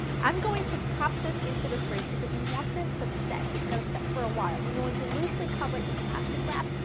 i'm going to pop this into the fridge because you want this to set, it's gotta set for a while, i'm going to loosely cover it with plastic wrap,